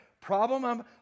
problem